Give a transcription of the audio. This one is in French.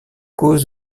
cause